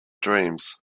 dreams